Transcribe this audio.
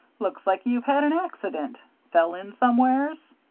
looks like you'd had an accident. fell in somewheres?